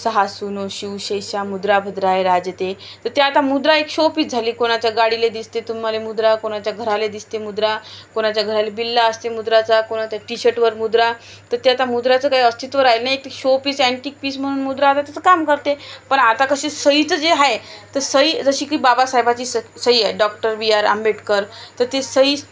शाहसूनोः शिवस्यैषा मुद्रा भद्राय राजते तर ते आता मुद्रा एक शोपीस झाली आहे कोणाच्या गाडीला दिसते तुम्हाला मुद्रा कोणाच्या घराला दिसते मुद्रा कोणाच्या घराला बिल्ला असते मुद्राचा कोणाच्या टीशर्टवर मुद्रा तर ते आता मुद्राचं काही अस्तित्व राहिलं नाही एक शोपीस अँटीक पीस म्हणून मुद्रा आता तिचं काम करते पण आता कशी सहीचं जे आहे तर सही जशी की बाबासाहेबांची स सही आहे डॉक्टर बी आर आंबेडकर तर ते सही